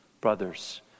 Brothers